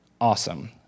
awesome